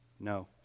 No